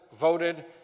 voted